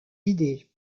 idées